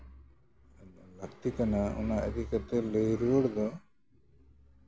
ᱞᱟᱹᱠᱛᱤ ᱠᱟᱱᱟ ᱚᱱᱟ ᱤᱫᱤ ᱠᱟᱛᱮ ᱞᱟᱹᱭ ᱨᱩᱣᱟᱹᱲ ᱫᱚ